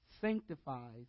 sanctifies